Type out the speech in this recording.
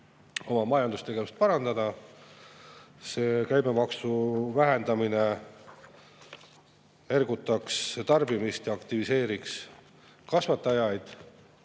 oma majandustegevust parandada. Käibemaksu vähendamine ergutaks tarbimist ja aktiviseeriks [toidu]kasvatajaid.